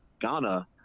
ghana